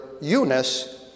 Eunice